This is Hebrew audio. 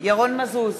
ירון מזוז,